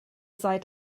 seid